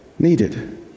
needed